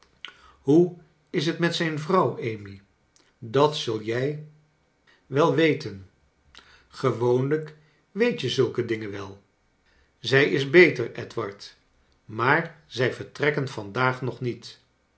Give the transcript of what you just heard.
hoe is t met zijn vrouw amy dat zul jij wel charles dickens weten gewooniijk weet je zulke dingen wel zij is beter edward maar zij vertrekken vandaag nog niet